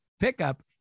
pickup